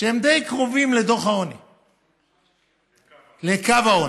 שהם די קרובים לקו העוני,